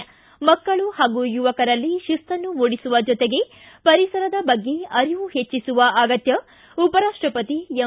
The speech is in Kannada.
ಿ ಮಕ್ಕಳು ಹಾಗೂ ಯುವಕರಲ್ಲಿ ಶಿಸ್ತನ್ನು ಮೂಡಿಸುವ ಜೊತೆಗೆ ಪರಿಸರದ ಬಗ್ಗೆ ಅರಿವು ಪೆಚ್ಚಿಸುವ ಅಗತ್ಯ ಉಪರಾಷ್ಟಪತಿ ಎಂ